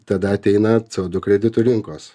tada ateina co du kreditų rinkos